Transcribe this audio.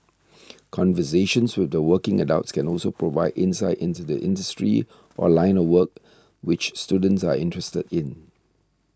conversations with working adults can also provide insight into the industry or line of work which students are interested in